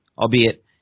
albeit